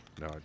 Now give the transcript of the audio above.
No